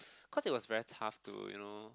cause it was very tough to you know